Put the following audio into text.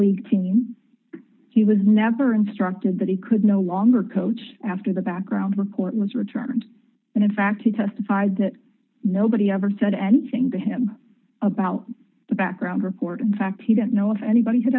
league team he was never instructed that he could no longer coach after the background report was returned and in fact he testified that nobody ever said anything to him about the background report in fact he didn't know if anybody